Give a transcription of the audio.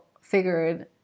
figured